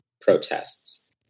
protests